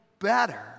better